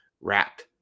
wrapped